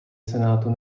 senátu